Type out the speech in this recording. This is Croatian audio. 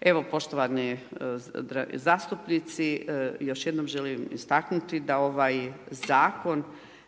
Evo poštovani zastupnici još jednom želim istaknuti da ovaj zakon